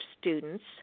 students